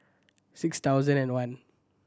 six thousand and one